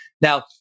Now